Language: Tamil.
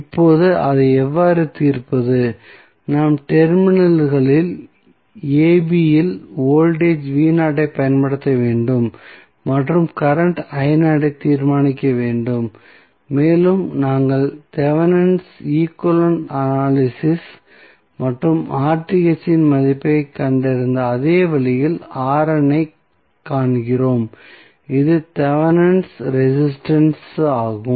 இப்போது அதை எவ்வாறு தீர்ப்பது நாம் டெர்மினல்களில் ab இல் வோல்டேஜ் ஐப் பயன்படுத்த வேண்டும் மற்றும் கரண்ட் ஐ தீர்மானிக்க வேண்டும் மேலும் நாங்கள் தேவெனின்ஸ் ஈக்வலன்ட் அனலிசிஸ் மற்றும் இன் மதிப்பைக் கண்டறிந்த அதே வழியில் ஐக் காண்கிறோம் இது தேவெனின்ஸ் ரெசிஸ்டன்ஸ் Thevenin's resistance ஆகும்